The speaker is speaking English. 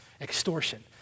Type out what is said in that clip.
extortion